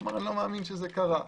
אמר: אני לא מאמין שזה קרה.